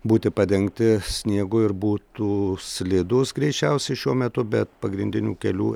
būti padengti sniegu ir būtų slidūs greičiausiai šiuo metu be pagrindinių kelių